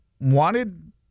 wanted